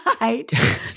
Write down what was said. Right